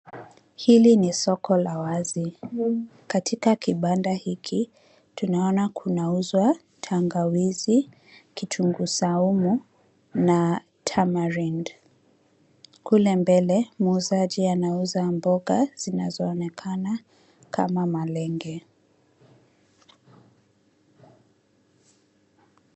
Hili ni soko la wazi. Katika kibanda hiki, tunaona kunauzwa tangawizi, kitunguu saumu na tamarind .Kule mbele muuzaji anauza mboga zinazoonekana kama malenge.